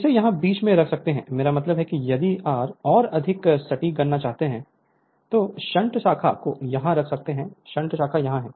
इसे यहाँ बीच में रख सकते हैं मेरा मतलब है कि यदि और अधिक सटीक गणना चाहते हैं तो शंट शाखा को यहाँ रख सकते हैं शंट शाखा यहाँ है